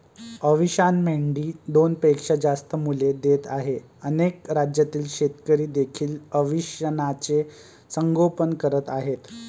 अविशान मेंढी दोनपेक्षा जास्त मुले देत आहे अनेक राज्यातील शेतकरी देखील अविशानचे संगोपन करत आहेत